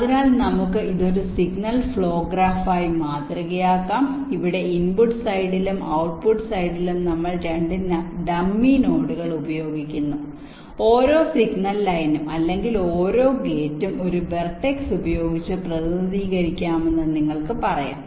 അതിനാൽ നമുക്ക് ഇത് ഒരു സിഗ്നൽ ഫ്ലോ ഗ്രാഫായി മാതൃകയാക്കാം അവിടെ ഇൻപുട്ട് സൈഡിലും ഔട്ട്പുട്ട് സൈഡിലും നമ്മൾ 2 ഡമ്മി നോഡുകൾ ഉപയോഗിക്കുന്നു ഓരോ സിഗ്നൽ ലൈനും അല്ലെങ്കിൽ ഓരോ ഗേറ്റും ഒരു വെർട്ടെക്സ് ഉപയോഗിച്ച് പ്രതിനിധീകരിക്കാമെന്ന് നിങ്ങൾക്ക് പറയാം